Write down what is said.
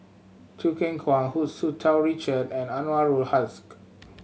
Choo Keng Kwang Hu Tsu Tau Richard and Anwarul Haque